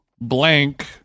blank